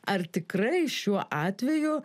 ar tikrai šiuo atveju